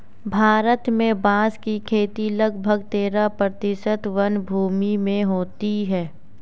भारत में बाँस की खेती लगभग तेरह प्रतिशत वनभूमि में होती है